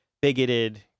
bigoted